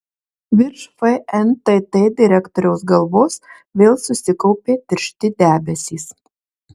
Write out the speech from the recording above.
virš fntt direktoriaus galvos vėl susikaupė tiršti debesys